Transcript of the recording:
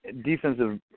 defensive